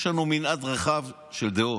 יש לנו מנעד רחב של דעות.